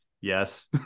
yes